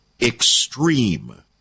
extreme